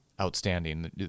outstanding